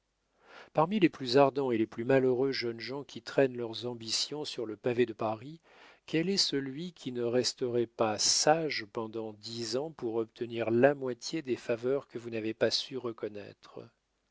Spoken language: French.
parmi les plus ardents et les plus malheureux jeunes gens qui traînent leurs ambitions sur le pavé de paris quel est celui qui ne resterait pas sage pendant dix ans pour obtenir la moitié des faveurs que vous n'avez pas su reconnaître